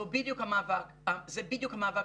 זה בדיוק המאבק שלנו,